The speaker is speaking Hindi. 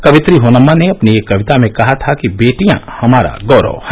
कवियत्री होनम्मा ने अपनी एक कविता में कहा था कि बेटियां हमारा गौरव हैं